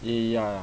eh ya